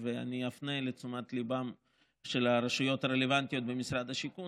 ואני אפנה את תשומת ליבן של הרשויות הרלוונטיות במשרד השיכון.